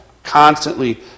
Constantly